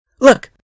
Look